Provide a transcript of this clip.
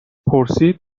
پرسید